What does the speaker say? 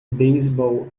beisebol